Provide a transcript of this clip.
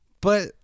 But-